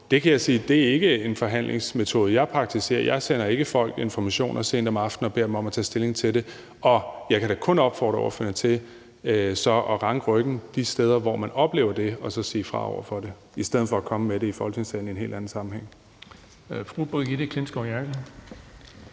Bjørn var inde på, er ikke en forhandlingsmetode, jeg praktiserer. Jeg sender ikke folk informationer sent om aftenen og beder dem om at tage stilling til det. Og jeg kan da kun opfordre ordføreren til så at ranke ryggen de steder, hvor man oplever det, og så sige fra over for det i stedet for at komme med det i Folketingssalen i en helt anden sammenhæng.